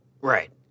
Right